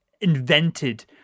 invented